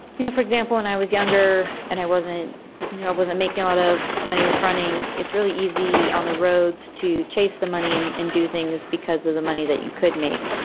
you know, for example, when i was younger and i wasn't you know, i wasn't making a lot of money with running. it's really easy on the roads to chase the money and and do things because of the money that you could make,